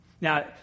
Now